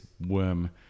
worm